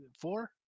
Four